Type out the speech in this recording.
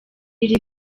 iri